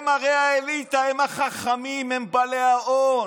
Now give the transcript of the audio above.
הם הרי האליטה, הם החכמים, הם בעלי ההון,